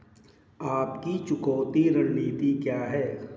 आपकी चुकौती रणनीति क्या है?